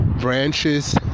branches